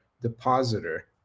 depositor